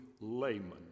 layman